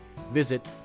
Visit